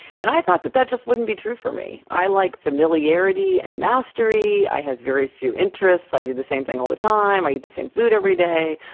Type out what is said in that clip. and i thought that that just wouldn't be true for me. i like familiarity and mastery, i have very few interests, i do the same thing all the time, i eat the same food every day,